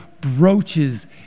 brooches